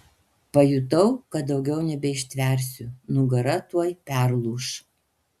pajutau kad daugiau nebeištversiu nugara tuoj perlūš